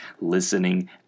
listening